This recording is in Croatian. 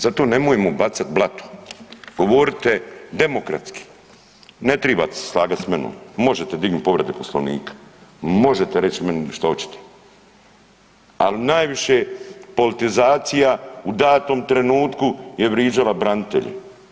Zato nemojmo bacati blato, govorite demokratski, ne tribate se slagat s menom, možete dignuti povrede Poslovnika, možete reći meni što oćete, ali najviše politizacija u datom trenutku je vriđala branitelje.